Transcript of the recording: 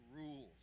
rules